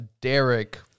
Derek